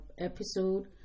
episode